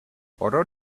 follow